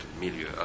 milieu